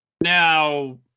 now